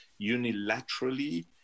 unilaterally